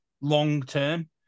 long-term